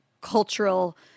cultural